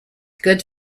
good